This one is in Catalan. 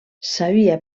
sabia